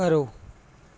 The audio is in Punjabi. ਕਰੋ